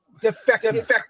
Defective